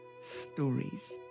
stories